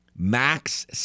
Max